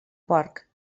porc